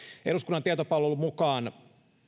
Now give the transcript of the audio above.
eduskunnan tietopalvelun mukaan